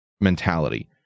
mentality